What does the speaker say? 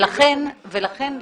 לכן לשאלתך.